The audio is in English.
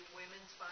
women's